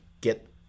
get